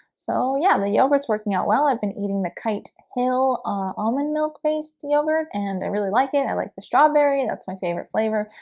so yeah, the yogurts working out. well, i've been eating the kite hale almond milk paste yogurt and i really like it. i like the strawberry. that's my favorite flavor.